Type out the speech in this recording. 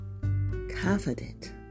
confident